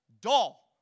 Dull